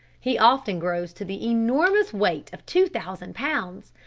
he often grows to the enormous weight of two thousand pounds.